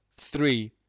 three